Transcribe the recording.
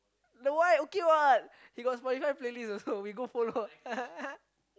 the white okay [what] he got Spotify playlist also we go follow